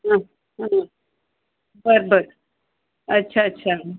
हां हां बरं बरं अच्छा अच्छा